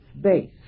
base